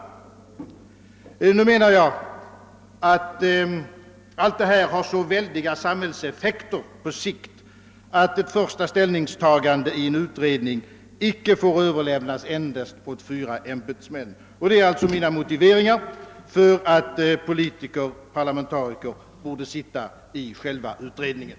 Jag menar att allt detta har så väldiga samhällseffekter på sikt att ett första ställningstagande i en utredning icke får överlämnas enbart åt fyra ämbetsmän. Det är alltså min motivering för att politiker, parlamentariker, borde sitta i själva utredningen.